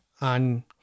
on